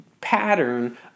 pattern